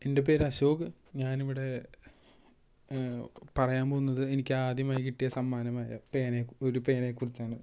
എൻ്റെ പേര് അശോക് ഞാൻ ഇവിടെ പറയാൻ പോകുന്നത് എനിക്കാദ്യമായി കിട്ടിയ സമ്മാനമായ പേനയെ ഒരു പേനയെക്കുറിച്ചാണ്